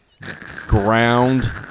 Ground